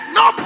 no